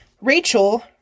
Rachel